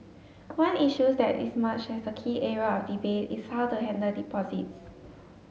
one issues that is emerged as a key area of debate is how to handle deposits